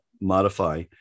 modify